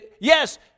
Yes